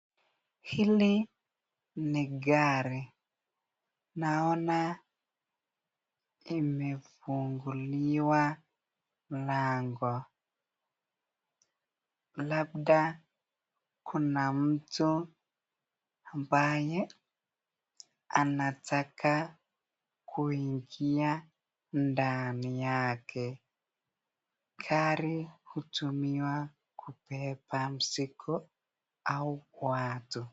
Hili ni gari. Naona imefunguliwa mlango. Labda kuna mtu ambaye anataka kuingia ndani yake. Gari hutumiwa kubeba mizigo au watu.